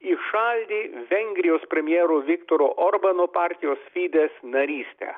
įšaldė vengrijos premjero viktoro orbano partijos fidez narystę